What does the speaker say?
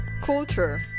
culture